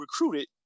recruited